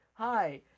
Hi